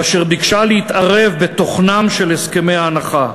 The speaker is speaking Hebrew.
אשר ביקש להתערב בתוכנם של הסכמי ההנחה.